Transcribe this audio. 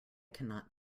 cannot